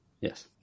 Yes